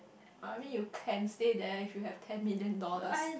I mean you can stay there if you have ten million dollars